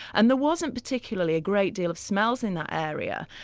and there wasn't particularly a great deal of smells in that area.